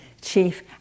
chief